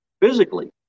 physically